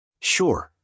Sure